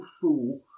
fool